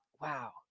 wow